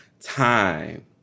time